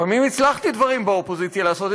לפעמים הצלחתי לעשות דברים באופוזיציה לעשות,